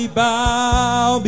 bow